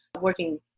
working